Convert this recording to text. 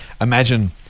imagine